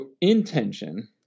intention